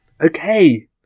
Okay